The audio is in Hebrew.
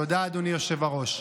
תודה, אדוני היושב-ראש.